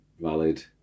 valid